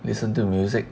listen to music